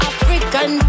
African